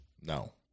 No